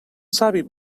savi